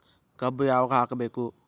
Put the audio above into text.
ಕಬ್ಬು ಯಾವಾಗ ಹಾಕಬೇಕು?